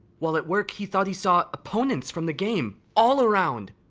while at work he thought he saw opponents from the game all around.